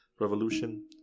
Revolution